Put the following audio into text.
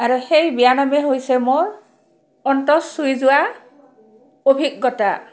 আৰু সেই বিয়ানামে হৈছে মোৰ অন্তৰ চুই যোৱা অভিজ্ঞতা